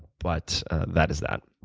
but that is that.